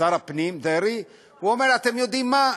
שר הפנים דרעי, ואומר: אתם יודעים מה?